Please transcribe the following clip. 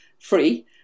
Free